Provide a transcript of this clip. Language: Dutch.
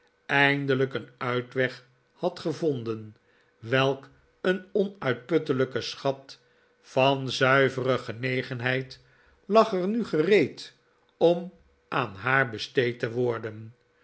eindelijk een uitweg had gevonden welk een onuitputtelijke schat van zuivere genegenheid lag er nu gereed om aan haar besteed te worden